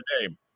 name